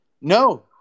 No